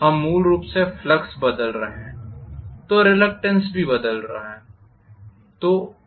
हम मूल रूप से फ्लक्स बदल रहे हैं तो रिलक्टेन्स भी बदल रहा है